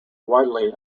widely